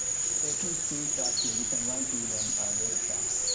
a few screen shots. yeah you can run through them very fast.